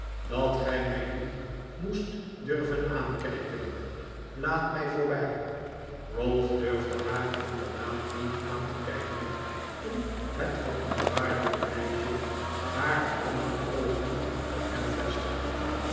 dat gij mij niet moest durven aankijken laat mij voorbij ralph durfde haar inderdaad niet aan te kijken toen het verontwaardigde meisje haar vlammende oogen op hem vestigde